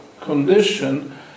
condition